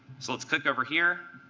so let's click over here,